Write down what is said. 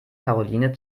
karoline